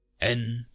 End